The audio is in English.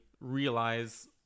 realize